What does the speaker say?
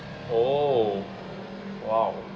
oh !wow!